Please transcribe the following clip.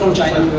china